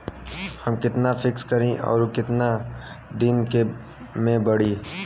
हम कितना फिक्स करी और ऊ कितना दिन में बड़ी?